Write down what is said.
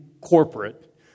corporate